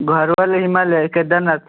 ଘର ବୋଲେ ହିମାଲୟ କେଦାରନାଥ